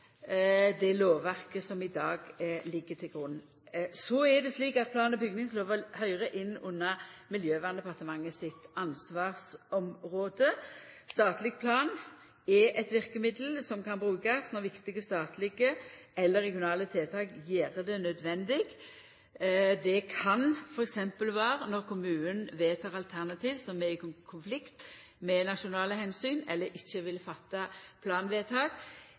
det lovverket som i dag ligg til grunn. Plan- og bygningslova høyrer inn under Miljøverndepartementet sitt ansvarsområde. Statleg plan er eit verkemiddel som kan brukast når viktige statlege eller regionale tiltak gjer det nødvendig. Det kan f.eks. vera når kommunane vedtek alternativ som er i konflikt med nasjonale omsyn, eller dei ikkje vil fatta planvedtak.